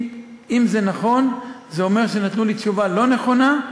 אם זה נכון, זה אומר שנתנו לי תשובה לא נכונה.